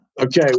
Okay